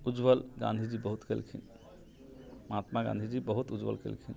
उज्जवल गान्धी जी बहुत केलखिन महात्मा गान्धी जी बहुत उज्जवल केलखिन